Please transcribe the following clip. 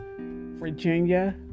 Virginia